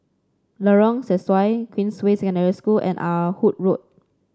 Lorong Sesuai Queensway Secondary School and Ah Hood Road